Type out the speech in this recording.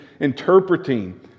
interpreting